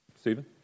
Stephen